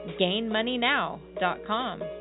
gainmoneynow.com